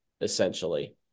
essentially